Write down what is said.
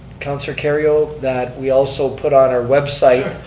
councilor kerrio that we also put on our website